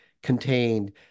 Contained